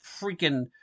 freaking